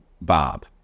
bob